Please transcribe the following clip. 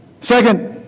Second